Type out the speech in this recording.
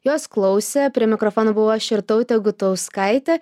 jos klausė prie mikrofono buvau aš irtautė gutauskaitė